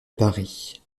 paris